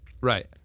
Right